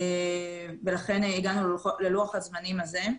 לכן הגענו ללוח הזמנים הזה.